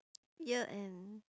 year end